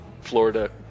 Florida